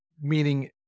Meaning